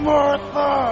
Martha